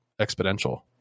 exponential